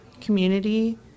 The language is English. community